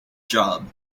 job